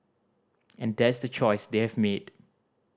and that's the choice they have made